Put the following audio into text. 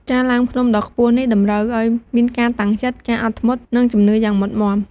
ការឡើងភ្នំដ៏ខ្ពស់នេះ តម្រូវឱ្យមានការតាំងចិត្ត ការអត់ធ្មត់ និងជំនឿយ៉ាងមុតមាំ។